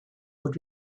would